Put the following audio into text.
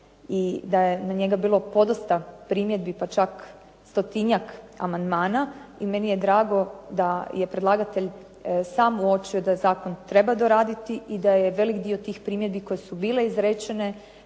i da je na njega bilo podosta primjedbi, pa čak stotinjak amandmana i meni je drago da je predlagatelj sam uočio da zakon treba doraditi i da je velik dio tih primjedbi koje su bile izrečene